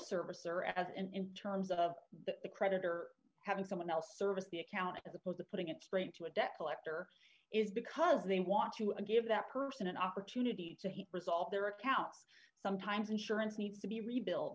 service or as and in terms of the creditor having someone else service the account as opposed to putting it straight to a debt collector is because they want to give that person an opportunity to he resolve their accounts sometimes insurance needs to be rebuilt